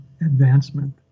advancement